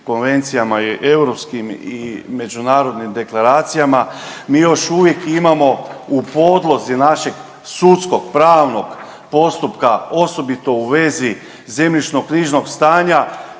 konvencijama i europskim i međunarodnim deklaracijama mi još uvijek imamo u podlozi našeg sudskog, pravnog postupka osobito u vezi zemljišno-knjižnog stanja